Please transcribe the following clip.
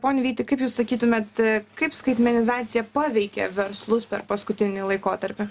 pone vyti kaip jūs sakytumėt kaip skaitmenizacija paveikė verslus per paskutinį laikotarpį